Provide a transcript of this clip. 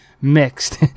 mixed